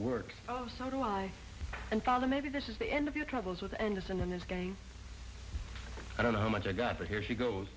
work oh so do i and father maybe this is the end of your troubles with anderson and his game i don't know how much i got but here she goes